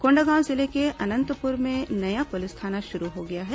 कोंडागांव जिले के अनंतपुर में नया पुलिस थाना शुरू हो गया है